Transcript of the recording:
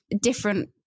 different